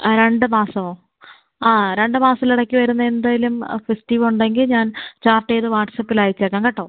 ആ രണ്ട് മാസമോ ആ രണ്ട് മാസത്തിൽ ഇടയ്ക്ക് വരുന്ന എന്തെങ്കിലും ആ ഫെസ്റ്റിവ് ഉണ്ടെങ്കിൽ ഞാൻ ചാർട്ട് ചെയ്ത് വാട്ട്സ്ആപ്പിൽ അയച്ചേക്കാം കേട്ടോ